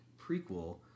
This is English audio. prequel